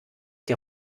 der